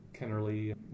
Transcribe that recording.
Kennerly